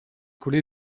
collé